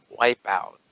Wipeout